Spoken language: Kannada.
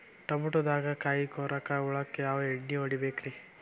ಟಮಾಟೊದಾಗ ಕಾಯಿಕೊರಕ ಹುಳಕ್ಕ ಯಾವ ಎಣ್ಣಿ ಹೊಡಿಬೇಕ್ರೇ?